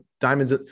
diamonds